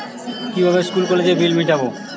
কিভাবে স্কুল কলেজের বিল মিটাব?